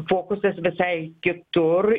fokusas visai kitur